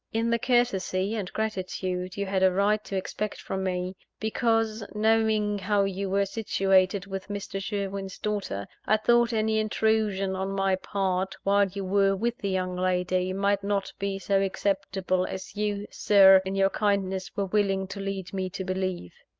in the courtesy and gratitude you had a right to expect from me, because, knowing how you were situated with mr. sherwin's daughter, i thought any intrusion on my part, while you were with the young lady, might not be so acceptable as you, sir, in your kindness, were willing to lead me to believe.